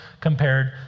compared